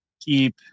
keep